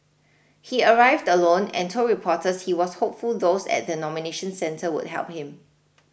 he arrived alone and told reporters he was hopeful those at the nomination centre would help him